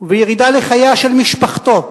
ובירידה לחייה של משפחתו.